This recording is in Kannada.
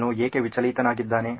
ಅವನು ಏಕೆ ವಿಚಲಿತನಾಗಿದ್ದಾನೆ